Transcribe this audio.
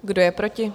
Kdo je proti?